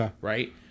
right